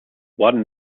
one